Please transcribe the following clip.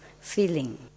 feeling